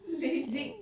LASIK